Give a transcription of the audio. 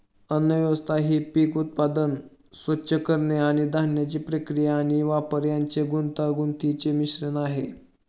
अन्नव्यवस्था ही पीक उत्पादन, स्वच्छ करणे आणि धान्याची प्रक्रिया आणि वापर यांचे गुंतागुंतीचे मिश्रण आहे